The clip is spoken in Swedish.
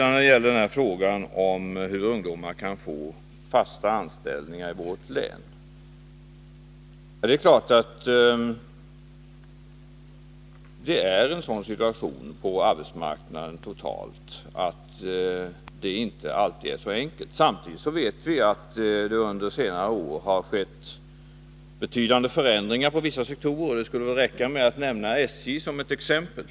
När det gäller frågan om hur ungdomar kan få fasta anställningar i vårt län vill jag säga att det är klart att situationen på arbetsmarknaden totalt är sådan, att det inte alltid är så enkelt att lösa det problemet. Samtidigt vet vi att det under senare år har skett betydande förändringar inom vissa sektorer. Det kunde kanske räcka med att nämna SJ som exempel.